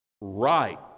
right